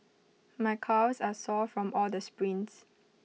my calves are sore from all the sprints